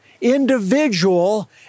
individual